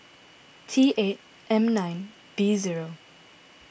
T eight M nine B zero